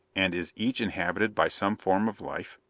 and is each inhabited by some form of life?